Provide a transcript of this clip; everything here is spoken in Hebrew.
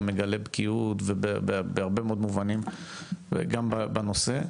מגלה בקיאות בהרבה מאוד מובנים וגם בנושא,